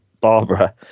barbara